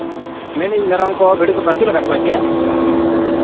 ᱢᱮᱱᱮᱫ ᱟᱹᱧ ᱢᱮᱨᱚᱢ ᱠᱚ ᱵᱷᱤᱲᱤ ᱠᱚᱯᱮ ᱟᱹᱥᱩᱞ ᱟᱠᱟᱜ ᱠᱚᱣᱟ ᱥᱮ